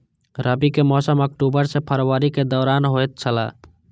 रबी के मौसम अक्टूबर से फरवरी के दौरान होतय छला